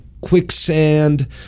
quicksand